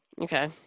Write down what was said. Okay